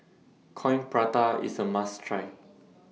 Coin Prata IS A must Try